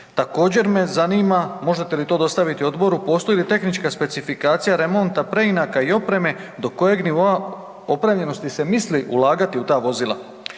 Također me zanima, možete li to dostaviti odboru, postoji li tehnička specifikacija remonta preinaka i opreme do kojeg nivoa opremljenosti se misli ulagati u ta vozila?